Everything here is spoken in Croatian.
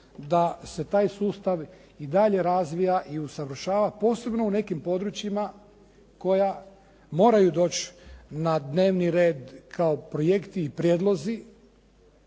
da se taj sustav i dalje razvija i usavršava posebno u nekim područjima koja moraju doći na dnevni red kao projekti i prijedlozi